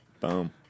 boom